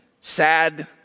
sad